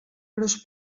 hores